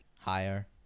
higher